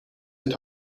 het